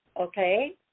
okay